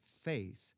faith